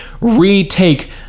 retake